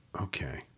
Okay